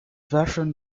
version